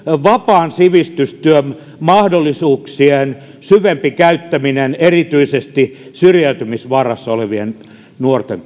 vapaan sivistystyön mahdollisuuksien syvempää käyttämistä erityisesti syrjäytymisvaarassa olevien nuorten